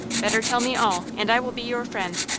better tell me all, and i will be your friend.